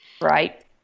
Right